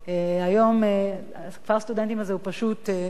כפר הסטודנטים הזה הוא פשוט כפר מדהים.